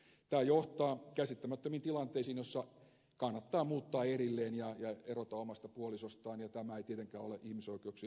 tämä johtaa käsittämättömiin tilanteisiin joissa kannattaa muuttaa erilleen ja erota omasta puolisostaan ja tämä ei tietenkään ole ihmisoikeuksien mukaista